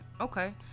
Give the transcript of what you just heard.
Okay